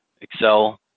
Excel